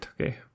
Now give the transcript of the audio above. okay